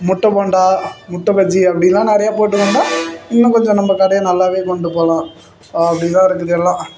முட்டை போண்டா முட்டை பஜ்ஜி அப்படிலாம் நிறையா போட்டு வந்தால் இன்னும் கொஞ்சம் நம்ம கடையை நல்லாவே கொண்டு போகலாம் அப்படி தான் இருக்குது எல்லாம்